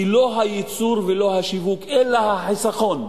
הוא לא הייצור ולא השיווק אלא החיסכון.